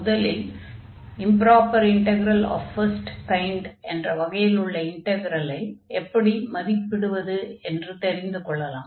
முதலில் improper integral of first kind என்ற வகையில் உள்ள இன்டக்ரலை எப்படி மதிப்பிடுவது என்று தெரிந்து கொள்ளலாம்